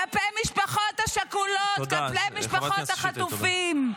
כלפי משפחות שכולות, כלפי משפחות החטופים.